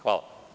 Hvala.